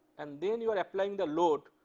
and then you are applying the load,